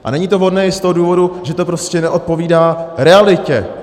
A není to vhodné i z toho důvodu, že to prostě neodpovídá realitě.